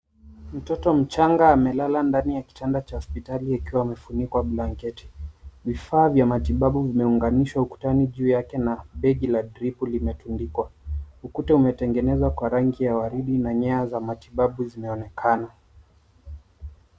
Mtoto mchanga amelala ndani ya kitanda cha hospitali akiwa amefunikwa blanketi. Vifaa vya matibabu vimeunganishwa ukutani juu yake na begi la dripu limetundikwa. Ukuta umetengenezwa kwa rangi ya waridi na nyaya za matibabu zinaonekana.